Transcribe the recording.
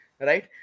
right